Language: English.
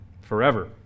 forever